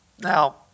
Now